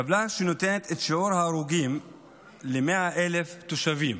טבלה שנותנת את שיעור ההרוגים ל-100,000 תושבים.